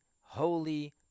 holy